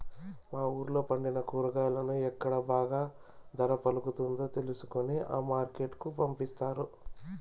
మా వూళ్ళో పండిన కూరగాయలను ఎక్కడ బాగా ధర పలుకుతాదో తెలుసుకొని ఆ మార్కెట్ కు పంపిస్తారు